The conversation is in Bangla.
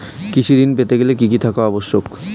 কৃষি ঋণ পেতে গেলে কি কি থাকা আবশ্যক?